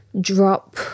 drop